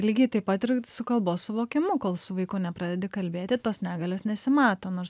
lygiai taip pat ir su kalbos suvokimu kol su vaiku nepradedi kalbėti tos negalios nesimato nors